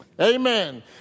Amen